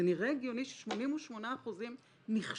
זה נראה הגיוני ש-88% נכשלים?